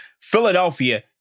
Philadelphia